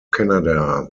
canada